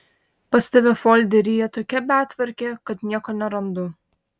pas tave folderyje tokia betvarkė kad nieko nerandu